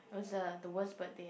was uh the worst birthday